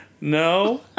No